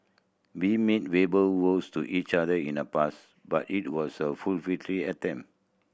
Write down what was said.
we made verbal vows to each other in the past but it was a attempt